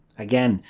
again,